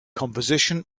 composition